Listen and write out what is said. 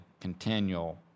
continual